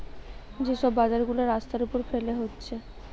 যে সব বাজার গুলা রাস্তার উপর ফেলে হচ্ছে